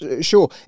sure